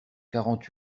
quarante